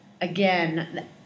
again